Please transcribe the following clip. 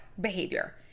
behavior